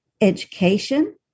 education